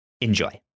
enjoy